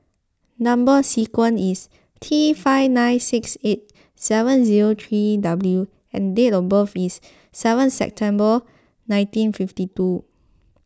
Number Sequence is T five nine six eight seven zero three W and date of birth is seven September nineteen fifty two